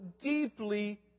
deeply